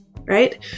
right